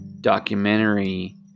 documentary